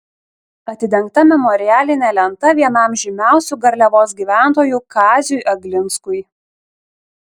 atidengta memorialinė lenta vienam žymiausių garliavos gyventojų kaziui aglinskui